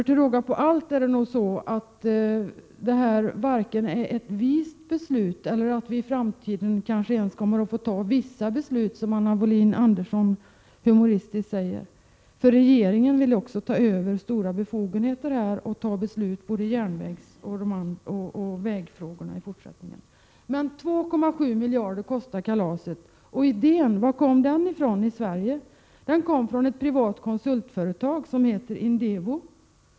Till råga på allt är det nog så att det här varken är ett vist beslut eller innebär att vi i framtiden ens kommer att få fatta vissa beslut, som Anna Wohlin-Andersson humoristiskt säger. Regeringen vill också ta över stora befogenheter härvidlag och fatta beslut i både järnvägsfrågorna och landsvägsfrågorna fortsättningsvis. Men 2,7 miljarder kronor kostar kalaset. Och varifrån kom idén i Sverige? Den kom från ett privat konsultföretag som heter Indevo.